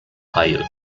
higher